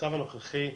במצב הנוכחי,